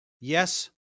Yes